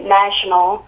national